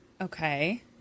Okay